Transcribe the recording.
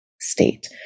state